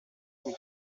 son